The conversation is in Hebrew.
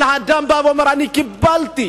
אבל האדם בא ואומר: אני קיבלתי.